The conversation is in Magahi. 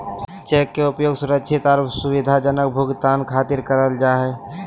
चेक के उपयोग सुरक्षित आर सुविधाजनक भुगतान खातिर करल जा हय